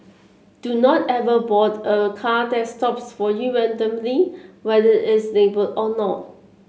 do not ever board a car that stops for you randomly whether it's labelled or not